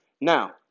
Now